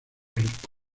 rico